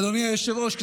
אדוני היושב-ראש,